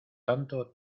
tanto